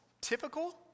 typical